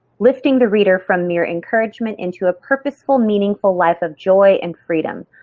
lifting the reader from mere encouragement into a purposeful meaningful life of joy and freedom.